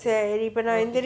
சரி இப்போ நா:seri ippo naa